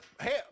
Hey